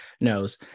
knows